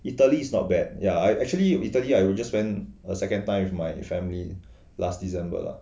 italy is not bad ya I actually italy I will just went a second time with my family last december lah